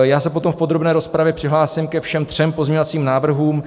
Já se potom v podrobné rozpravě přihlásím ke všem třem pozměňovacím návrhům.